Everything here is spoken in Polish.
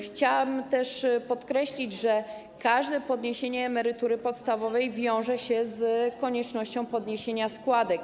Chciałam też podkreślić, że każde podniesienie emerytury podstawowej wiąże się z koniecznością podniesienia składek.